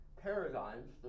paradigms